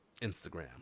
Instagram